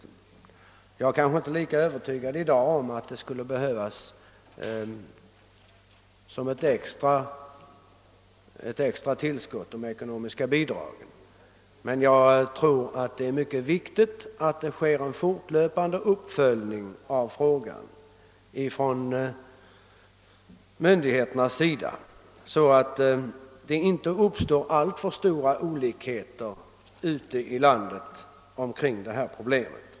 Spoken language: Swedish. Jag är i dag kanske inte lika övertygad om att det behövs ett extra tillskott i form av ekonomiska bidrag. Men jag tror emellertid att det är mycket viktigt att en fortlöpande uppföljning av frågan sker ifrån myndigheternas sida, så att det inte uppstår alltför stora olikheter ute i landet på detta område.